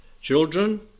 children